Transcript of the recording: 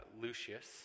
Lucius